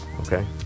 Okay